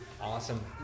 Awesome